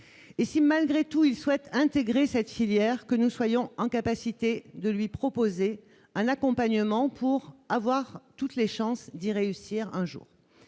et si malgré tout, il souhaite intégrer cette filière que nous soyons en capacité de lui proposer un accompagnement pour avoir toutes les chances d'y réussir, un jour,